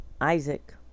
Isaac